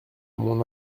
mon